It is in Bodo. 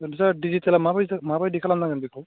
ओरैनोथ' सार दिजिटेला माबायदि माबायदि खालामनांगोन बेखौ